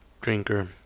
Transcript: drinker